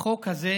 החוק הזה